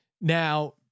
Now